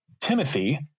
Timothy